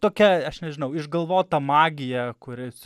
tokia aš nežinau išgalvota magija kuri